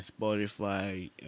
spotify